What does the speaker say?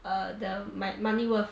err the my money worth